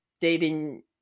dating